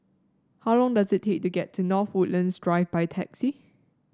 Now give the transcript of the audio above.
how long does it take to get to North Woodlands Drive by taxi